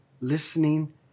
listening